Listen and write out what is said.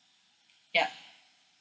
yup